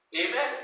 Amen